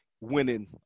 winning